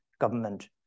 government